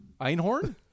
Einhorn